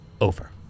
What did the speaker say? over